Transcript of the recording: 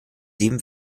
sieben